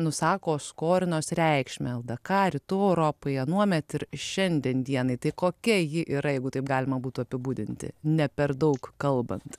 nusako skorinos reikšmę ldk rytų europoje anuomet ir šiandien dienai tai kokia ji yra jeigu taip galima būtų apibūdinti ne per daug kalbant